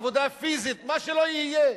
עבודה פיזית מה שלא יהיה,